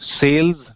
sales